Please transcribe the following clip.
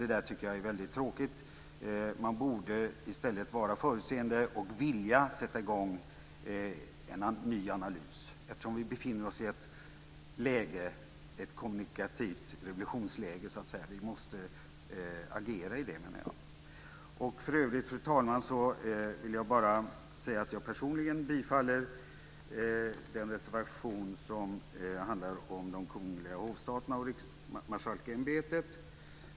Det tycker jag är väldigt tråkigt. Man borde i stället vara förutseende och vilja sätta i gång en ny analys eftersom vi så att säga befinner oss i ett kommunikativt revolutionsläge. Vi måste agera i det, menar jag. För övrigt, fru talman, vill jag bara säga att jag personligen tillstyrker den reservation som handlar om de kungliga hovstaterna och Riksmarskalksämbetet.